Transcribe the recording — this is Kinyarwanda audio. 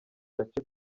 gace